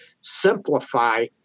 simplify